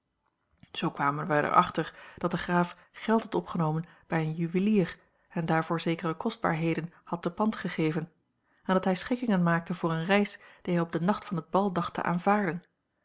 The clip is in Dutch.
zoo kwamen wij er achter dat de graaf geld had opgenomen bij een juwelier en daarvoor zekere kostbaarheden had te pand gegeven en dat hij schikkingen maakte voor eene reis die hij op den nacht van het bal dacht te aanvaarden